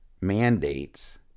mandates